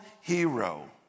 hero